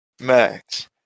Max